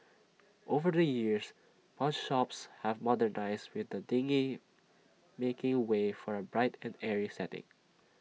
over the years pawnshops have modernised with the dingy making way for A bright and airy setting